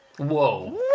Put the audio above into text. whoa